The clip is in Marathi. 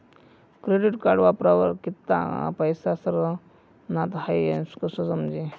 क्रेडिट कार्ड वापरावर कित्ला पैसा सरनात हाई कशं समजी